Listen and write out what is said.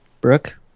Brooke